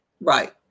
right